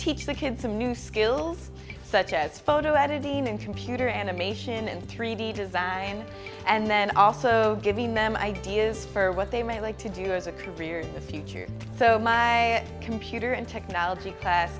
teach the kids some new skills such as photo editing and computer animation and three d design and then also giving them ideas for what they may like to do as a career in the future so my computer and technology class